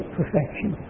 perfection